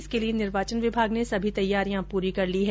इसके लिये निर्वाचन विभाग ने सभी तैयारियां पूरी कर ली है